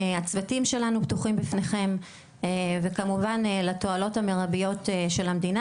הצוותים שלנו פתוחים בפניכם וכמובן לתועלות המרביות של המדינה